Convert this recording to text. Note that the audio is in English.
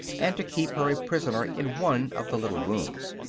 and to keep her a prisoner in one of the little rooms.